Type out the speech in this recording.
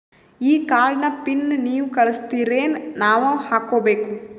ಈ ಕಾರ್ಡ್ ನ ಪಿನ್ ನೀವ ಕಳಸ್ತಿರೇನ ನಾವಾ ಹಾಕ್ಕೊ ಬೇಕು?